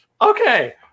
okay